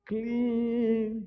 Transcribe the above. Clean